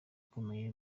ukomeye